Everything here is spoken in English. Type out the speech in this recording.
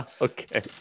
Okay